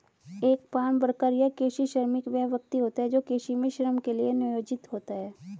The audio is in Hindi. एक फार्म वर्कर या कृषि श्रमिक वह व्यक्ति होता है जो कृषि में श्रम के लिए नियोजित होता है